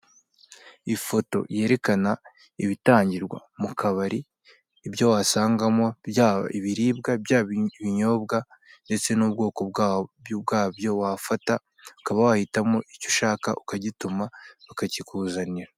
Ifoto yerekana ibitangirwa mu kabari ibyo wasangamo byaba ibiribwa byaba ibinyobwa ndetse n'ubwoko bwabyo wafata ukaba watuma ibyo ushaka bakabikuzanira.